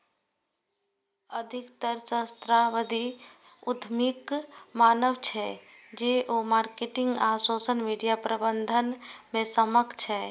अधिकतर सहस्राब्दी उद्यमीक मानब छै, जे ओ मार्केटिंग आ सोशल मीडिया प्रबंधन मे सक्षम छै